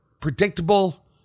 predictable